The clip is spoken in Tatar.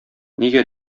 нигә